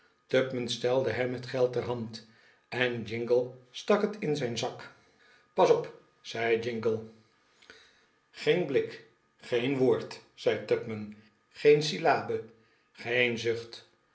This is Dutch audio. stelde hem het geld ter hand en jingle stak het in zijn zak tupman a an den rand van den waanzin pas op zei jingle geen blik geen woord zei tupman geen syllabe geen zucht